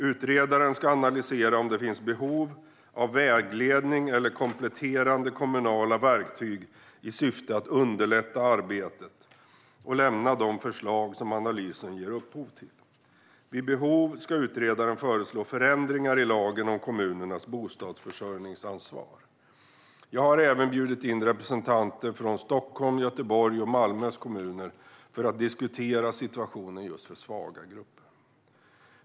Utredaren ska analysera om det finns behov av vägledning eller kompletterande kommunala verktyg i syfte att underlätta arbetet och lämna de förslag som analysen ger upphov till. Vid behov ska utredaren föreslå förändringar i lagen om kommunernas bostadsförsörjningsansvar. Jag har även bjudit in representanter från Stockholms, Göteborgs och Malmö kommun för att diskutera situationen för just svaga grupper.